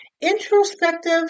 introspective